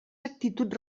actituds